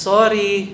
Sorry